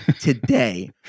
today